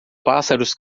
pássaros